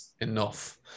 enough